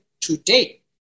today